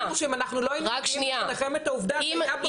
אם לא היינו מביאים בפניכם את העובדה ש- -- אם